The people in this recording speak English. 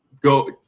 go